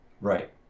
Right